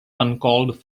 uncalled